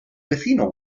vecino